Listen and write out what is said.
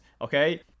Okay